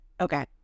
okay